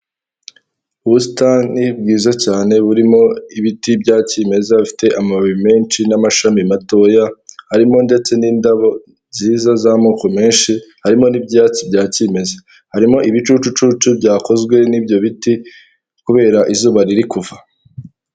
Ubusitani bwiza cyane burimo ibiti bya kimeza bifite amababi menshi n'amashami matoya harimo ndetse n'indabo nziza z'amoko menshi harimo n'ibyatsi bya kimeza harimo ibicucucucu byakozwe n'ibyo biti kubera izuba riri kuva.